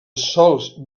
sòls